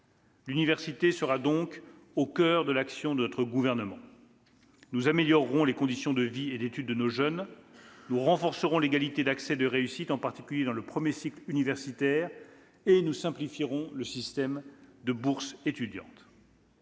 L'université sera donc au coeur de l'action de notre gouvernement. Nous améliorerons les conditions de vie et d'étude de nos jeunes. Nous renforcerons l'égalité d'accès et de réussite, en particulier dans le premier cycle universitaire, et nous simplifierons le système de bourses étudiantes.